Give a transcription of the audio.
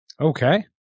Okay